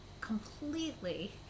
completely